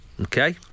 Okay